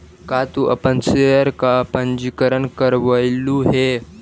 का तू अपन शेयर का पंजीकरण करवलु हे